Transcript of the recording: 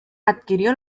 adquirió